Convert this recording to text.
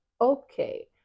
okay